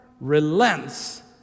relents